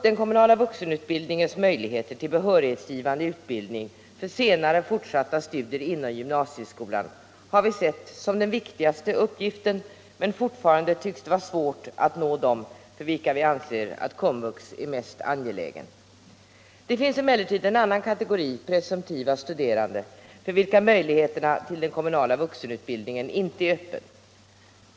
Den kommunala vuxenutbildningens möjligheter att ge utbildning som leder till behörighet till senare fortsatta studier inom gymnasieskolan har vi sett som den viktigaste uppgiften, men fortfarande tycks det vara svårt att nå dem för vilka vi anser att den kommunala vuxenutbildningen är mest angelägen. Det finns emellertid en annan kategori presumtiva studerande för vilken möjligheterna till den kommunala vuxenutbildningen inte är öppna.